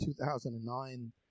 2009